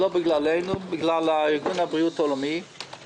לא בגללנו אלא בגלל ארגון הבריאות העולמי.